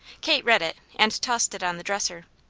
kate read it and tossed it on the dresser.